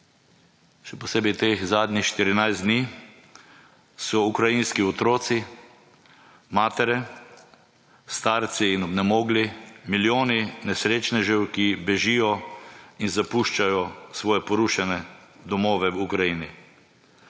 še posebej teh zadnjih 14 dni, so ukrajinski otroci, matere, starci in obnemogli, milijoni nesrečnežev, ki bežijo iz zapuščajo svoje porušene domove v Ukrajini.